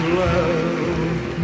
love